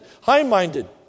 high-minded